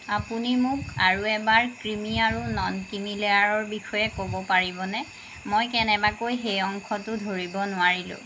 আপুনি মোক আৰু এবাৰ ক্ৰিমি আৰু নন ক্ৰিমি লেয়াৰৰ বিষয়ে ক'ব পাৰিবনে মই কেনেবাকৈ সেই অংশটো ধৰিব নোৱাৰিলো